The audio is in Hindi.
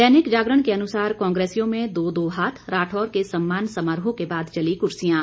दैनिक जागरण के अनुसार कांग्रेसियों में दो दो हाथ राठौर के सम्मान समारोह के बाद चली कुर्सियां